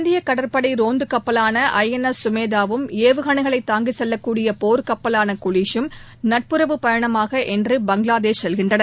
இந்திய கடற்படை ரோந்து கப்பலாள ஐ எள் எஸ் சுமேதாவும் ஏவுகணைகளை தாங்கிச் செல்லக்கூடிய போர் சுப்பவான குலிஷும் நட்புறவு பயணமாக இன்று பங்களாதேஷ் செல்கின்றன்